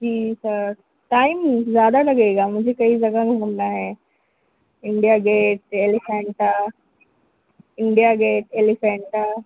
جی sir time زیادہ لگے گا مجھے کئی جگہیں گھومنا ہے India Gate Elephanta India Gate Elephanta